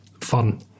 fun